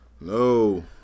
No